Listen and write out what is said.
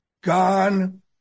gone